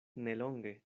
nelonge